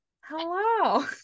Hello